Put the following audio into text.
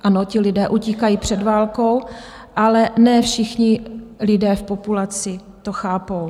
Ano, ti lidé utíkají před válkou, ale ne všichni lidé v populaci to chápou.